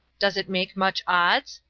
does it make much odds?